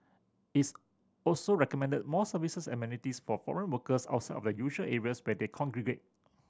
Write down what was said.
its also recommended more services and amenities for foreign workers outside of the usual areas where they congregate